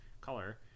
color